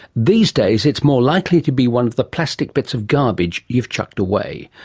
these days it's more likely to be one of the plastic bits of garbage you've chucked away.